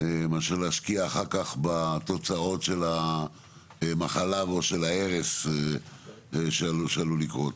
מאשר להשקיע אחר כך בתוצאות של המחלה או של ההרס שעלול לקרות.